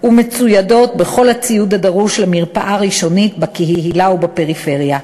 ומצוידות בכל הציוד הדרוש למרפאה הראשונית בקהילה ובפריפריה.